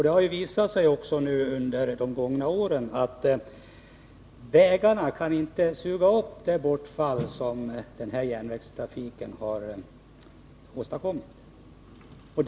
Det har ju också visat sig under de gångna åren att vägarna inte kan suga upp det trafikbortfall från järnvägen som nedläggningen åstadkommit.